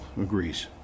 agrees